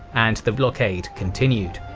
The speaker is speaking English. and the blockade continued.